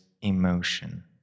emotion